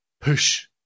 push